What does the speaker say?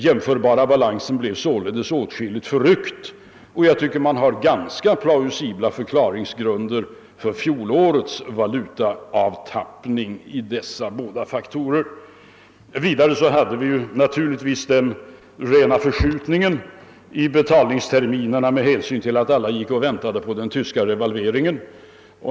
Balansen i det fallet blev alltså åtskilligt förryckt i fjol, och jag tycker att man där har en ganska plausibel förklaring till det årets valutaavtappning. | Likaså har naturligtvis den förskjutning i betalningsterminerna spelat in som uppkom genom att alla gick och väntade på den tyska revalveringen.